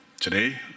today